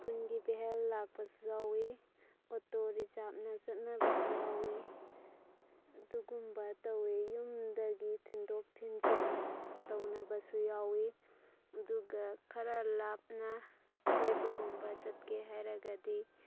ꯁ꯭ꯀꯨꯜꯒꯤ ꯚꯦꯟ ꯂꯥꯛꯄꯁꯨ ꯌꯥꯎꯋꯤ ꯑꯣꯛꯇꯣ ꯔꯤꯖꯥꯕꯅ ꯆꯠꯅꯕꯁꯨ ꯌꯥꯎꯋꯤ ꯑꯗꯨꯒꯨꯝꯕ ꯇꯧꯋꯤ ꯌꯨꯝꯗꯒꯤ ꯊꯤꯟꯗꯣꯛ ꯊꯤꯟꯖꯤꯟ ꯇꯧꯅꯕꯁꯨ ꯌꯥꯎꯋꯤ ꯑꯗꯨꯒ ꯈꯔ ꯂꯥꯞꯅ ꯀꯣꯏꯕꯒꯨꯝꯕ ꯆꯠꯀꯦ ꯍꯥꯏꯔꯒꯗꯤ